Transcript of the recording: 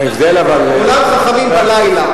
ההבדל אבל, כולם חכמים בלילה.